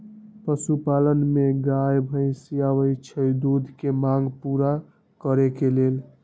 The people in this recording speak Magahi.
पशुपालन में गाय भइसी आबइ छइ दूध के मांग पुरा करे लेल